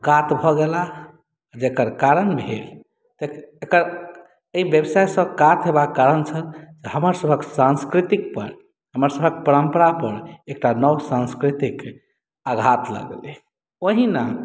कात भऽ गेलाह जकर कारण भेल एक एकर एहि व्यवसायसँ कात होयबाक कारण छल हमरासभक सँस्कृतिपर हमरासभक परम्परापर एकटा नव साँस्कृतिक आघात लगलै ओहिना